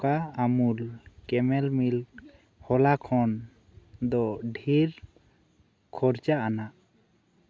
ᱚᱠᱟ Amul camel milk ᱦᱚᱞᱟ ᱠᱷᱚᱱ ᱫᱚ ᱰᱷᱮᱨ ᱠᱷᱚᱨᱪᱟ ᱟᱱᱟᱜ